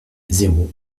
zéro